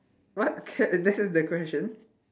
what q~ that's the question